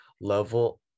level